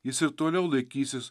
jis ir toliau laikysis